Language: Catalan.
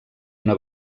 una